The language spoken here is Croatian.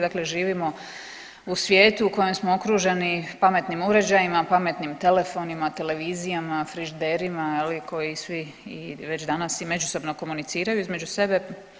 Dakle, živimo u svijetu u kojem smo okruženi pametnim uređajima, pametnim telefonima, televizijama, frižiderima koji svi već i danas međusobno komuniciraju između sebe.